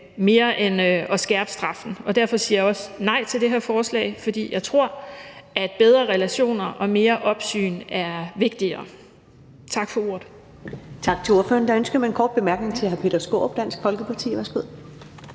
frem for at skærpe straffen. Derfor siger jeg også nej til det her forslag, for jeg tror, at bedre relationer og mere opsyn er vigtigere. Tak for ordet. Kl. 14:33 Første næstformand (Karen Ellemann): Tak til ordføreren. Der er ønske om en kort bemærkning fra hr. Peter Skaarup, Dansk Folkeparti. Værsgo.